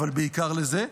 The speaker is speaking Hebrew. אבל בעיקר לזה.